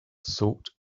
salt